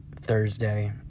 Thursday